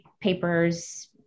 papers